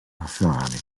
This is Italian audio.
nazionali